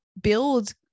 build